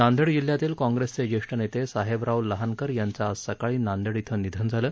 नांदेड जिल्ह्यातील काँग्रेसचे जेष्ठ नेते साहेबराव लहानकर यांचं आज सकाळी नांदेड धिं निधन झालं